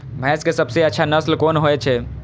भैंस के सबसे अच्छा नस्ल कोन होय छे?